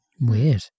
weird